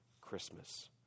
christmas